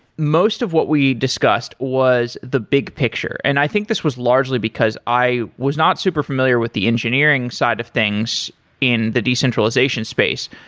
most of what we discussed was the big picture, and i think this was largely because i was not super familiar with the engineering side of things in the decentralization space,